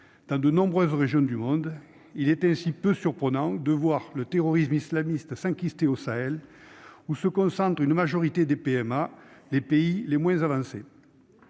dans de nombreuses régions du monde. Il est ainsi peu surprenant de voir le terrorisme islamiste s'enkyster au Sahel, où se concentre la majorité des PMA, les pays les moins avancés.